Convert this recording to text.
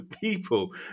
people